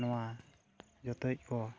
ᱱᱚᱣᱟ ᱡᱚᱛᱚ ᱜᱮᱠᱚ